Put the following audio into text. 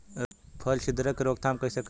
फली छिद्रक के रोकथाम कईसे करी?